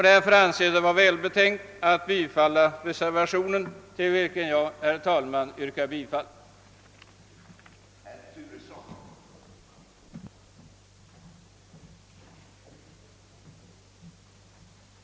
Därför anser jag det vara välbetänkt att bifalla reservationen och yrkar, herr talman, bifall till denna.